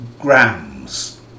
grams